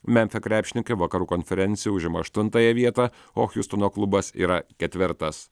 memfio krepšininkai vakarų konferencijoj užima aštuntąją vietą o hiustono klubas yra ketvirtas